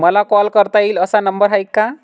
मला कॉल करता येईल असा नंबर आहे का?